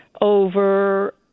over